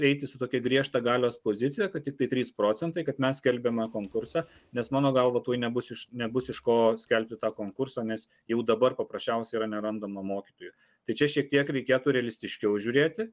eiti su tokia griežta galios pozicija kad tiktai trys procentai kad mes skelbiame konkursą nes mano galva tuoj nebus iš nebus iš ko skelbti tą konkursą nes jau dabar paprasčiausiai yra nerandama mokytojų tai čia šiek tiek reikėtų realistiškiau žiūrėti